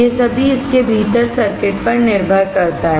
ये सभी इसके भीतर सर्किट पर निर्भर करता हैं